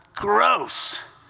Gross